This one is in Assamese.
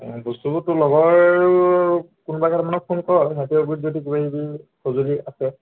বস্তুবোৰতো লগৰ কোনোবা কেইটামানক ফোন কৰ যদি কিবা কিবি সঁজুলি আছে